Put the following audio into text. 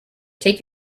take